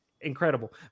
incredible